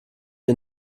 ihr